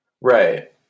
Right